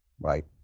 right